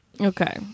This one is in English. Okay